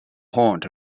haunt